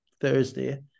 Thursday